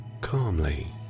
calmly